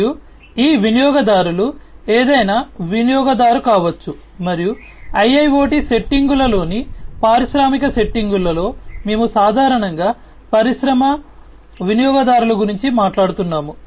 మరియు ఈ వినియోగదారులు ఏదైనా వినియోగదారు కావచ్చు మరియు IIoT సెట్టింగులలోని పారిశ్రామిక సెట్టింగులలో మేము సాధారణంగా పరిశ్రమ వినియోగదారుల గురించి మాట్లాడుతున్నాము